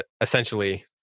essentially